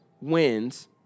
wins